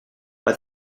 but